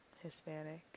Hispanic